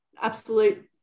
Absolute